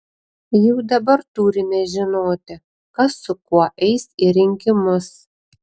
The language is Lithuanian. jau dabar turime žinoti kas su kuo eis į rinkimus